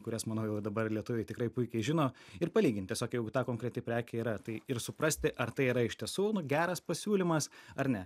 kurias manau jau ir dabar lietuviai tikrai puikiai žino ir palygint tiesiog jeigu ta konkreti prekė yra tai ir suprasti ar tai yra iš tiesų geras pasiūlymas ar ne